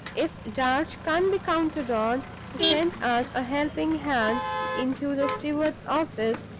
if darch can't be counted on to send us a helping hand into the steward's office,